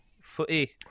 footy